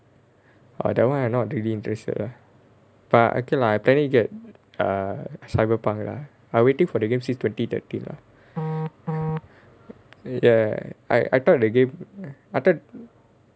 orh that [one] I not really interested lah but okay lah I planning get a cyber punk lah I'm waiting for the game since twenty thirteen lah ya I I thought the game I thought ya